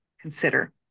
consider